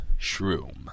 Shroom